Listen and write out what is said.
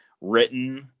written